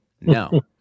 No